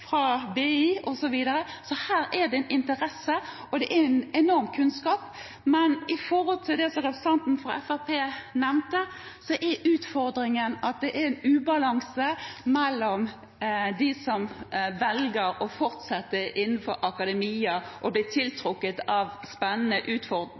fra BI osv., så her er det en interesse, og det er en enorm kunnskap. Når det gjelder det som representanten fra Fremskrittspartiet nevnte, er utfordringen at det er en ubalanse mellom antallet som velger å fortsette innenfor akademia og